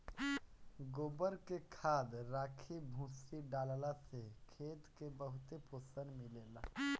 गोबर के खाद, राखी, भूसी डालला से खेत के बहुते पोषण मिलेला